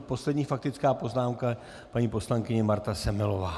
Poslední faktická poznámka, paní poslankyně Marta Semelová.